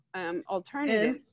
alternative